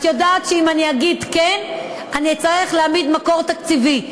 את יודעת שאם אגיד כן אצטרך להעמיד מקור תקציבי,